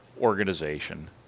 organization